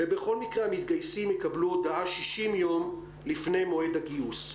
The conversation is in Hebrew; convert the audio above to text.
ובכל מקרה המתגייסים יקבלו הודעה 60 יום לפני מועד הגיוס.